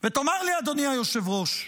ותאמר לי, אדוני היושב-ראש,